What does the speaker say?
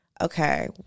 okay